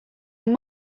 were